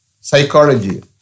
Psychology